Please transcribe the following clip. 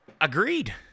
agreed